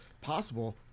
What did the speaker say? possible